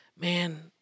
man